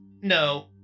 No